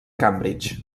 cambridge